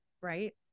right